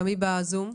בבקשה.